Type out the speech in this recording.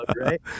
right